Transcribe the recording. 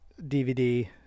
DVD